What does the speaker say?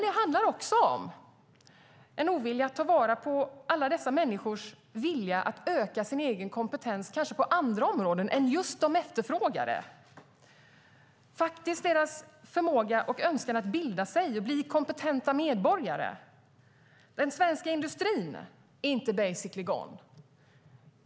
Det handlar också om en ovilja att ta vara på alla dessa människors vilja att öka sin egen kompetens på andra områden än just de efterfrågade och deras förmåga och önskan att bilda sig och bli kompetenta medborgare. Den svenska industrin är inte basically gone.